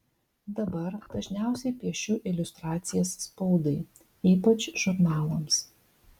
dabar dažniausiai piešiu iliustracijas spaudai ypač žurnalams